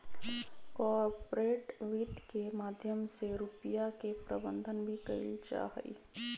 corporate वित्त के माध्यम से रुपिया के प्रबन्धन भी कइल जाहई